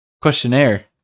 Questionnaire